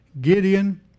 Gideon